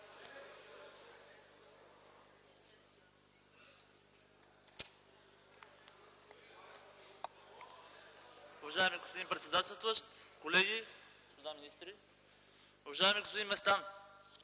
Уважаеми господин председателстващ, колеги, господа министри! Уважаеми господин Местан,